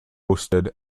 hosted